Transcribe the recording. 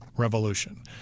revolution